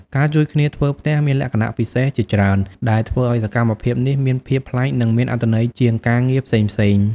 ការជួយគ្នាធ្វើផ្ទះមានលក្ខណៈពិសេសជាច្រើនដែលធ្វើឱ្យសកម្មភាពនេះមានភាពប្លែកនិងមានអត្ថន័យជាងការងារផ្សេងៗ។